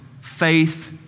faith